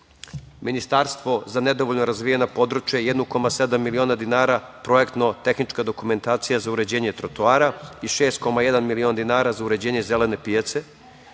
Ministarstvo za nedovoljno razvijena područja 1,7 miliona dinara - projektno-tehnička dokumentacija za uređenje trotoara i 6,1 milion dinara za uređenje zelene pijace,